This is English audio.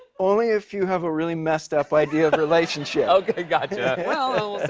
only if you have a really messed-up idea of relationships. okay, gotcha. well,